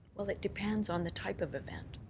well, it depends on the type of event.